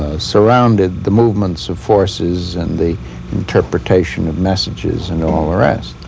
ah surrounded the movements of forces and the interpretation of messages and all the rest.